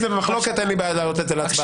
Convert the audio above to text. אם זה במחלוקת אין לי בעיה להעלות זאת להצבעה.